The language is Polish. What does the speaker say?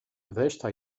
reszta